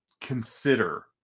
consider